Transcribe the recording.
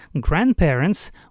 grandparents